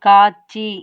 காட்சி